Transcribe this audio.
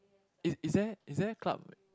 is is there is there club